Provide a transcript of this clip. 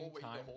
time